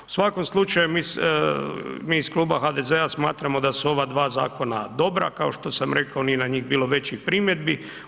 U svakom slučaju mi iz Kluba HDZ-a smatramo da su ova dva zakona dobra, kao što sam rekao, nije na njih bilo većih primjedbi.